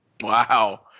Wow